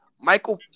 Michael